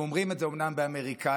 הם אומרים את זה אומנם באמריקאית,